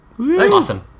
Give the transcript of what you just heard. Awesome